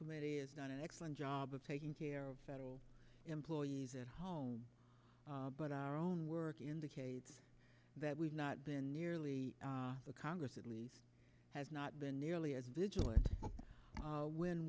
committee is not an excellent job of taking care of federal employees at home but our own work indicates that we've not been nearly the congress at least has not been nearly as vigilant when